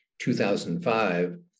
2005